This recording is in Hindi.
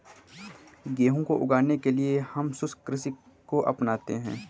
गेहूं को उगाने के लिए हम शुष्क कृषि को अपनाते हैं